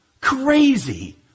Crazy